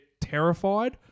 terrified